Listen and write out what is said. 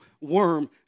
worm